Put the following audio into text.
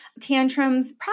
tantrums